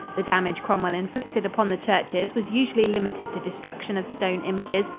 the damage cromwell inflicted upon the churches was usually limited to destruction of stone images,